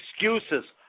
excuses